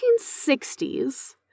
1960s